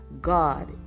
God